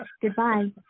Goodbye